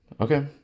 Okay